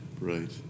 Right